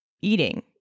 eating